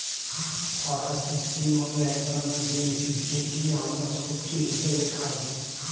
ফরাসি শিম হল এক ধরনের বিন্স যেটি আমরা সবজি হিসেবে খাই